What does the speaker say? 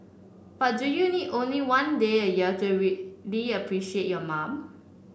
but do you need only one day a year to really appreciate your mom